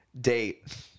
date